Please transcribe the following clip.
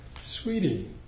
Sweetie